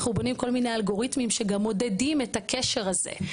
אנחנו בונים כל מיני אלגוריתמים שגם מודדים את הקשר הזה.